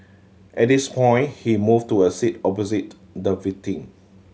at this point he moved to a seat opposite the victim